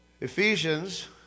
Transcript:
Ephesians